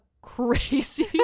crazy